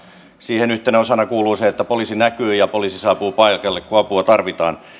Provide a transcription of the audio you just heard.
siihen yhtenä osana kuuluu se että poliisi näkyy ja saapuu paikalle kun apua tarvitaan lähes